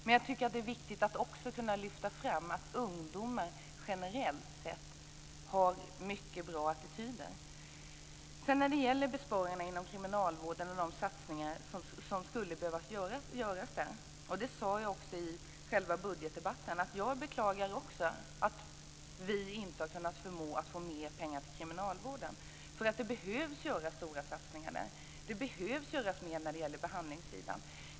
Men jag tycker också att det är viktigt att lyfta fram att ungdomar generellt sett har mycket bra attityder. När det gäller besparingar inom kriminalvården och de satsningar som skulle behöva göras där - och det sade jag också i själva budgetdebatten - beklagar jag att vi inte har kunnat få mer pengar till kriminalvården. Det behövs göras stora satsningar, och det behövs göras mer när det gäller behandlingssidan.